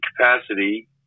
capacity